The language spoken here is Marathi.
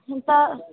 तर